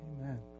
Amen